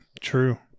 True